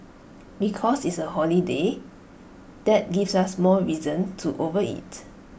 because it's A holiday that gives us more reason to overeat